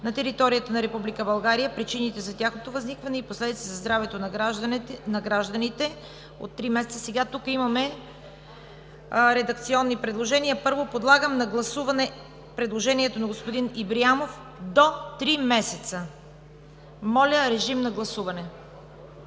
на територията на Република България, причините за тяхното възникване и последиците за здравето на гражданите за срок от 3 /три/ месеца.“ Тук имаме редакционни предложения. Първо подлагам на гласуване предложението на господин Ибрямов: „до 3 месеца“. Моля, режим на гласуване.